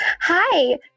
Hi